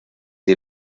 ihr